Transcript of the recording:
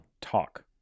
Talk